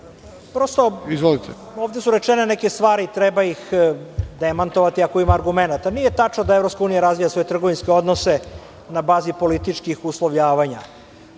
vreme. Ovde su rečene neke stvari i treba ih demantovati ako ima argumenata. Nije tačno da EU razvija svoje trgovinske odnose na bazi političkih uslovljavanja.